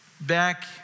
back